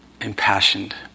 impassioned